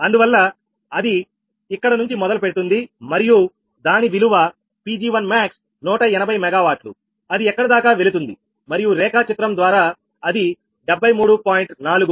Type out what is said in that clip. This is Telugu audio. అందువల్ల అది ఇక్కడ నుంచి మొదలు పెడుతుంది మరియు దాని విలువ 𝑃𝑔1𝑚ax180 𝑀W అది ఎక్కడ దాకా వెళుతుంది మరియు రేఖా చిత్రం ద్వారా అది 73